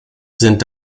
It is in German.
sind